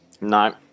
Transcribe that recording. No